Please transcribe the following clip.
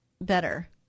better